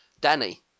Danny